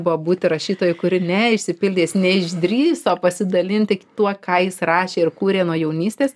buvo būti rašytoju kuri neišsipildė jis neišdrįso pasidalinti tuo ką jis rašė ir kūrė nuo jaunystės